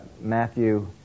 Matthew